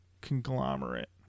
conglomerate